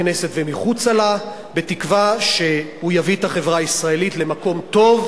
התשע"א 2011, נתקבלה.